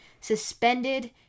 suspended